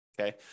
Okay